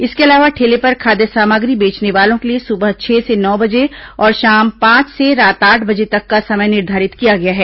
इसके अलावा ठेले पर खाद्य सामग्री बेचने वालों के लिए सुबह छह से नौ बजे और शाम पांच से रात आठ बजे तक का समय निर्धारित किया गया है